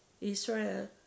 Israel